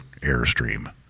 airstream